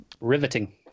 riveting